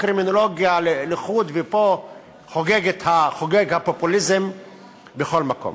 קרימינולוגיה לחוד והפופוליזם חוגג בכל מקום.